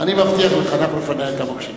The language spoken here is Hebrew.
אני מבטיח לך, אנחנו נפנה את המוקשים.